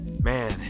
Man